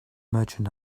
merchant